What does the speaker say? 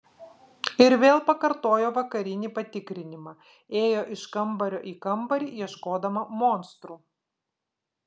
ir vėl pakartojo vakarinį patikrinimą ėjo iš kambario į kambarį ieškodama monstrų